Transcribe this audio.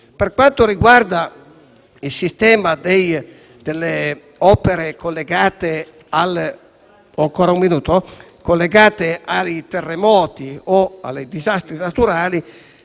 Per quanto riguarda il sistema delle opere collegate ai terremoti o ai disastri naturali,